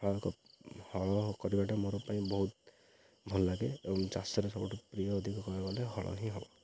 ହଳ କରିବାଟା ମୋର ପାଇଁ ବହୁତ ଭଲ ଲାଗେ ଏବଂ ଚାଷରେ ସବୁଠୁ ପ୍ରିୟ ଅଧିକ କହିବାକୁ ଗଲେ ହଳ ହିଁ ହେବ